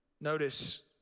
notice